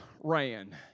ran